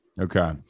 okay